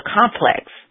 complex